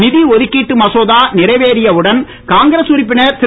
நிதி ஒதுக்கிட்டு மசோதா நிறைவேறிய உடன் காங்கிரஸ் உறுப்பினர் திரு